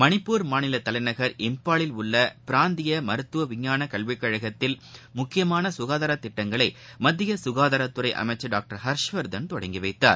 மணிப்பூர் மாநில தலைநகர் இம்பாலில் உள்ள பிராந்திய மருத்துவ விஞ்ஞான கல்விக்கழகத்தில் முக்கியமான ககாதாரத்திட்டங்களை மத்திய ககாதாரத்துறை அமைச்சர் டாக்டர் ஹர்ஷவர்தன் தொடங்கி வைத்தார்